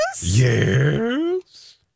Yes